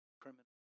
criminal